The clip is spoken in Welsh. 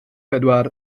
pedwar